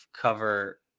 cover